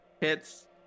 Hits